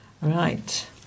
Right